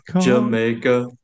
Jamaica